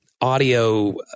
audio